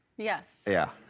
yes. yeah.